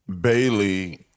Bailey